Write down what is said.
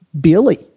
Billy